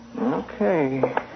Okay